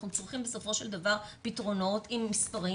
אנחנו צריכים בסופו של דבר פתרונות עם מספרים